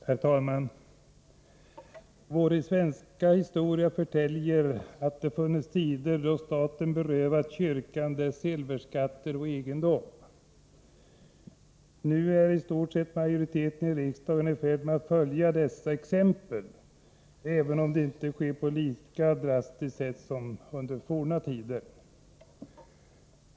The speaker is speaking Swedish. Herr talman! Vår svenska historia förtäljer att det funnits tider då staten berövade kyrkan dess silverskatt och dess egendom. Nu är i stort sett majoriteten i riksdagen i färd med att följa detta exempel, även om det inte sker på ett lika drastiskt sätt som under forna tider.